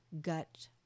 gut